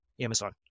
Amazon